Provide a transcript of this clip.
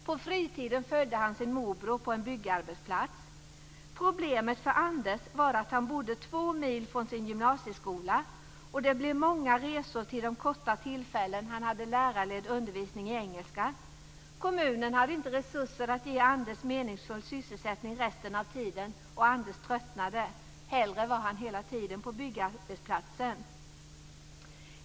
På fritiden följde han sin morbror på en byggarbetsplats. Problemet för Anders var att han bodde två mil från sin gymnasieskola, och det blev många resor till de korta tillfällen när han hade lärarledd undervisning i engelska. Kommunen hade inte resurser att ge Anders meningsfull sysselsättning resten av tiden, och Anders tröttnade. Hellre var han hela tiden på byggarbetsplatsen.